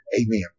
Amen